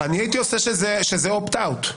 אני הייתי עושה שזה opt out.